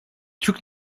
türk